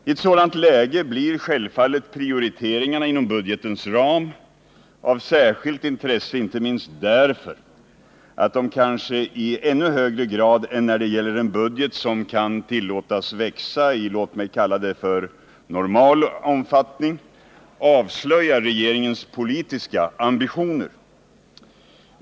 I ett sådant läge blir självfallet prioriteringarna inom budgetens ram av särskilt intresse, inte minst därför att de kanske i ännu högre grad än rär det gäller en budget, som kan tillåtas växa i låt mig kalla det normal omfattning, avslöjar regeringens politiska ambitioner.